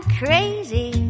crazy